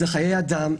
זה חיי אדם.